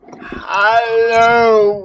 Hello